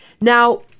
Now